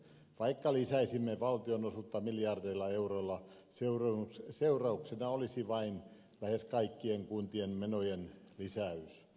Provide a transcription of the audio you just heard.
vaikka lisäisimme valtionosuutta miljardeilla euroilla seurauksena olisi vain lähes kaikkien kuntien menojen lisäys